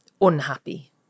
unhappy